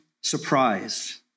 surprise